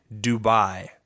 Dubai